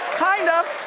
kind of.